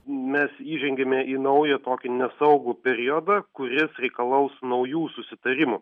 mes įžengiame į naują tokį nesaugų periodą kuris reikalaus naujų susitarimų